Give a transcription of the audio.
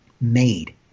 made